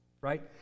Right